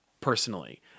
personally